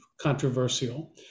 controversial